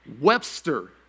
Webster